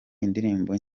indirimbo